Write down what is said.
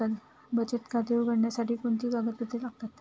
बचत खाते उघडण्यासाठी कोणती कागदपत्रे लागतात?